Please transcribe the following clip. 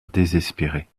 désespéré